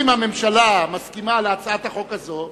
אם הממשלה מסכימה להצעת החוק הזאת,